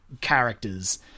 characters